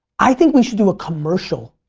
i think we should do a commercial.